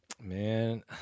Man